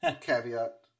caveat